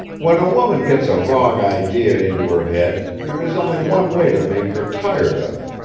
when a woman gets a wrong idea into her head, there is only one way to make her tired of it,